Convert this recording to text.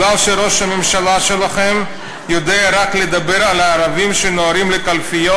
מפני שראש הממשלה שלכם יודע רק לדבר על הערבים שנוהרים לקלפיות,